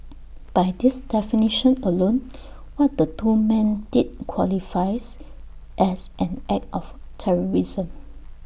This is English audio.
by this definition alone what the two men did qualifies as an act of terrorism